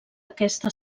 aquesta